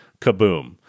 Kaboom